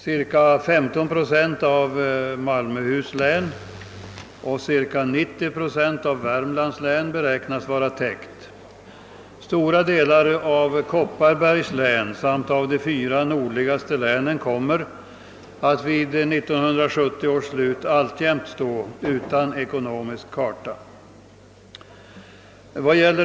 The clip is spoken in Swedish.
Cirka 15 procent av Malmöhus län och cirka 90 procent av Värmlands län beräknas vara täckta. Stora delar av Kopparbergs län samt av de fyra nordligaste länen kommer att vid 1970 års slut alltjämt stå utan ekonomisk karta.